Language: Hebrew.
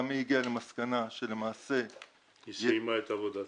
גם היא הגיעה למסקנה --- האם היא סיימה את עבודתה?